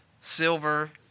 silver